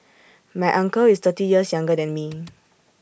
my uncle is thirty years younger than me